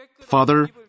Father